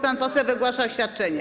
Pan poseł wygłasza oświadczenie.